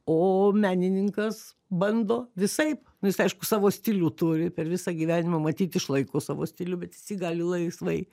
o menininkas bando visaip nu jis aišku savo stilių turi per visą gyvenimą matyt išlaiko savo stilių bet jis jį gali laisvai